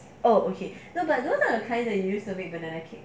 oh okay no but don't that kind that use to make banana cake